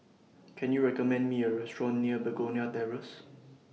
Can YOU recommend Me A Restaurant near Begonia Terrace